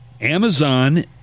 Amazon